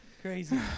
crazy